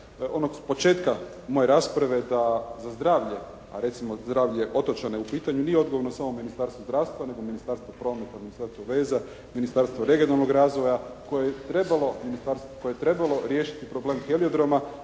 onog s početka moje rasprave da za zdravlje, a recimo zdravlje otočana je u pitanju nije odgovorno samo Ministarstvo zdravstva, nego Ministarstvo prometa, ministarstvo veza, Ministarstvo regionalnog razvoja koje je trebalo riješiti problem heliodroma,